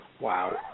Wow